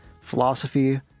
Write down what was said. philosophy